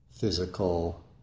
physical